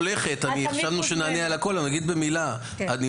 אם את הולכת?